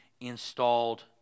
installed